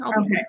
Okay